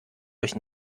euch